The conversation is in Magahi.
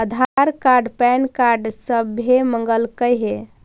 आधार कार्ड पैन कार्ड सभे मगलके हे?